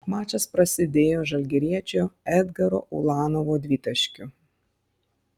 mačas prasidėjo žalgiriečio edgaro ulanovo dvitaškiu